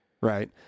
right